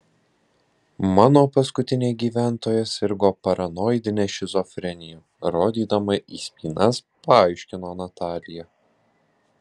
mano paskutinė gyventoja sirgo paranoidine šizofrenija rodydama į spynas paaiškino natalija